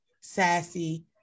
sassy